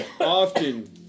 often